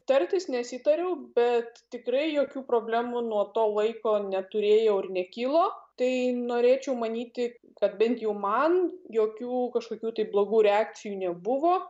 tartis nesitariau bet tikrai jokių problemų nuo to laiko neturėjau ir nekilo tai norėčiau manyti kad bent jau man jokių kažkokių tai blogų reakcijų nebuvo